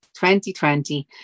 2020